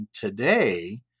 today